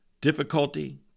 difficulty